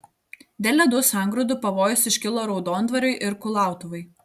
dėl ledų sangrūdų pavojus iškilo raudondvariui ir kulautuvai